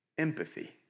empathy